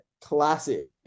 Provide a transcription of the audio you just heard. classic